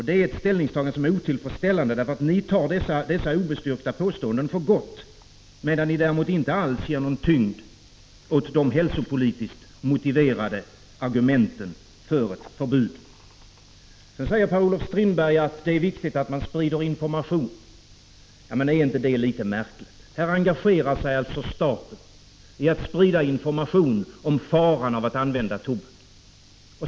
Det är ett ställningstagande som är otillfredsställande, när lagutskottet tar dessa obestyrkta påståenden för gott men däremot inte alls ger någon tyngd åt de hälsopolitiskt motiverade argumenten för ett förbud. Vidare säger Per-Olof Strindberg att det är viktigt att sprida information. Är inte det litet märkligt? Här engagerar sig staten i att sprida information om faran av att använda tobak.